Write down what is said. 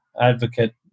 advocate